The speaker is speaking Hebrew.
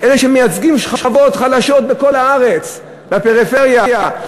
אלה שמייצגים שכבות חלשות בכל הארץ, בפריפריה.